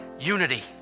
Unity